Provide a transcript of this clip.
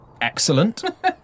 Excellent